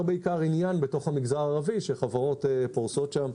עניין בתוך המגזר הערבי שחברות פורסות שם.